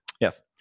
Yes